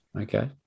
Okay